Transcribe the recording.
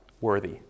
worthy